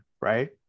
right